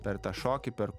per tą šokį per